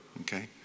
Okay